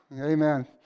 Amen